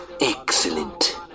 Excellent